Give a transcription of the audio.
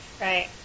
right